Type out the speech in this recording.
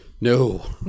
No